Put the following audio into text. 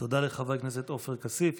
תודה לחבר הכנסת עופר כסיף.